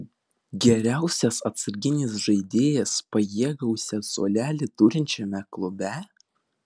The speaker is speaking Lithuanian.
geriausias atsarginis žaidėjas pajėgiausią suolelį turinčiame klube